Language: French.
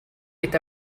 est